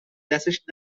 دستش